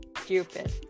stupid